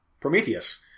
Prometheus